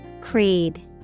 Creed